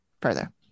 further